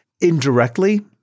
indirectly